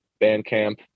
Bandcamp